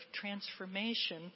transformation